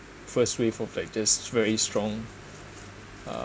first wave of like just very strong uh